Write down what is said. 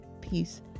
peace